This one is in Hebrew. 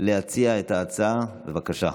להציע את ההצעה, בבקשה.